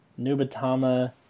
Nubatama